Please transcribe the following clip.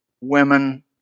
women